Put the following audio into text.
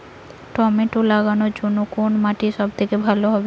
Tomato লাগানোর জন্যে কোন মাটি সব থেকে ভালো হবে?